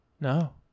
no